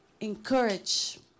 encourage